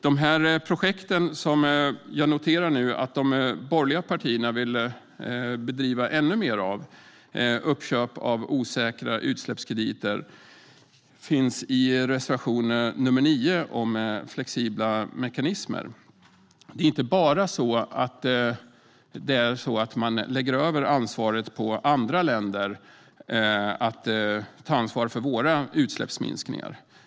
De projekt som jag nu noterar att de borgerliga partierna vill bedriva ännu mer av, som uppköp av osäkra utsläppskrediter, finns omnämnda i reservation nr 9 om flexibla mekanismer. Det är inte bara så att man lägger över ansvaret på andra länder att ta ansvar för våra utsläppsminskningar.